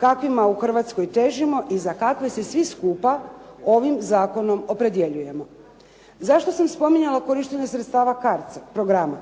kakvima u Hrvatskoj težimo i za kakve se svi skupa ovim zakonom opredjeljujemo. Zašto sam spominjala korištenje sredstava CARDS-a programa.